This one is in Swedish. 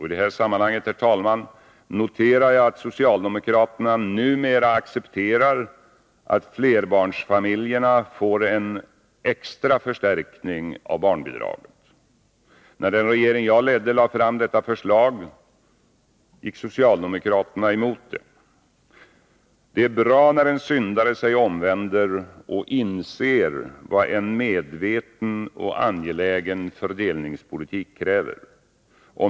I detta sammanhang noterar jag, herr talman, att socialdemokraterna numera accepterar att flerbarnsfamiljerna får en extra förstärkning av barnbidraget. När den regering som jag ledde lade fram ett sådant förslag, gick socialdemokraterna emot det. Det är bra när en syndare sig omvänder och inser vad en medveten och angelägen fördelningspolitik kräver.